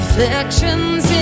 Reflections